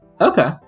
Okay